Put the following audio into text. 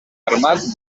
armat